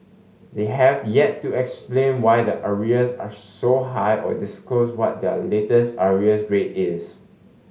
they have yet to explain why their arrears are so high or disclose what their latest arrears rate is